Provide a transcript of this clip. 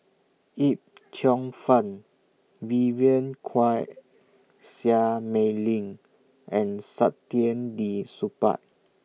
Yip Cheong Fun Vivien Quahe Seah Mei Lin and Saktiandi Supaat